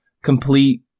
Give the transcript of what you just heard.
complete